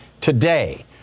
today